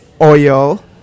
oil